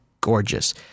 gorgeous